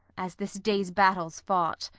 as this day's battle's fought.